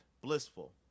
blissful